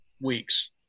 weeks